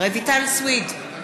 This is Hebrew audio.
רויטל סויד,